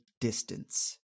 distance